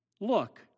Look